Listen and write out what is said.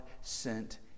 sent